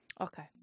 Okay